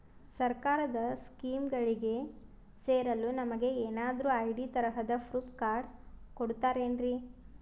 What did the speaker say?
ಸರ್ಕಾರದ ಸ್ಕೀಮ್ಗಳಿಗೆ ಸೇರಲು ನಮಗೆ ಏನಾದ್ರು ಐ.ಡಿ ತರಹದ ಪ್ರೂಫ್ ಕಾರ್ಡ್ ಕೊಡುತ್ತಾರೆನ್ರಿ?